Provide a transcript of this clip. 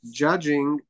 judging